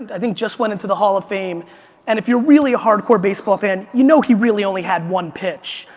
i think, just went into the hall of fame and if you're a really hardcore baseball fan, you know he really only had one pitch,